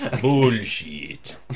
Bullshit